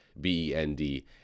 B-E-N-D